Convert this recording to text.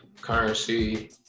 Currency